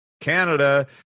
Canada